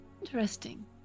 interesting